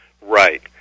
Right